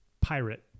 pirate